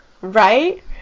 right